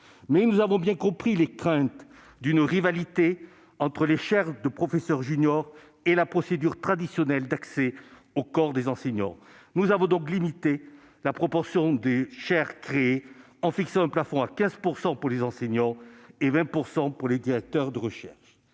mais nous avons bien compris les craintes d'une rivalité entre les chaires de professeurs juniors et la procédure traditionnelle d'accès au corps des enseignants. Nous avons donc limité la proportion des chaires créées en fixant un plafond à 15 % pour les enseignants et à 20 % pour les directeurs de recherche.